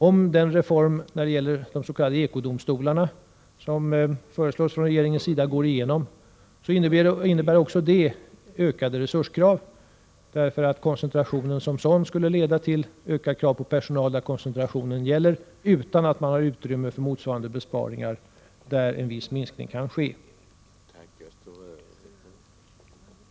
Om den reform beträffande ekodomstolarna som föreslås från regeringens sida går igenom, innebär också detta ökade resurskrav, eftersom koncentrationen som sådan skulle leda till ökade krav på personal där koncentrationen gäller, utan att man har utrymme för motsvarande besparing där en viss minskning kan ske.